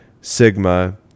Sigma